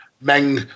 Meng